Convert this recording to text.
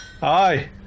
Hi